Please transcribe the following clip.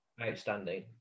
outstanding